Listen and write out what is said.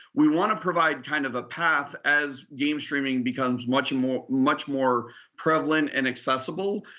we want to provide kind of a path as game streaming becomes much and more much more prevalent and accessible.